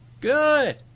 Good